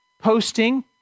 posting